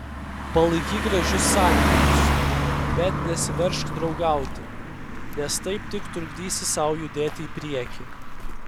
palaikyk gražius santykius bet nesiveržk draugauti nes taip tik trukdysi sau judėti į priekį